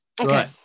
Okay